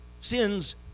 sins